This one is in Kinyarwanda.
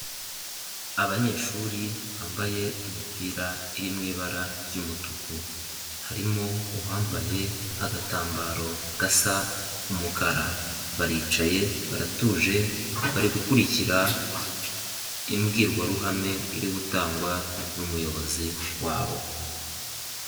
Abanyeshuri bambaye imipira iri mu ibara ry'umutuku. Harimo uwambaye agatambaro gasa umukara. Baricaye, baratuje, bari gukurikira, imbwirwaruhame iri gutangwa n'umuyobozi wabo.